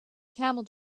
camel